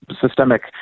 systemic